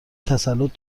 تسلط